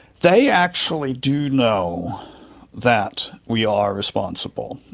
they actually do know that we are responsible,